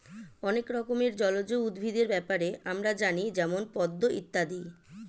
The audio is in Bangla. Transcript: অনেক রকমের জলজ উদ্ভিদের ব্যাপারে আমরা জানি যেমন পদ্ম ইত্যাদি